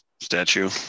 statue